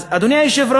אז, אדוני היושב-ראש,